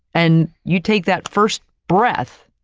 and you take that first breath,